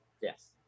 Yes